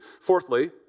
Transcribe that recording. Fourthly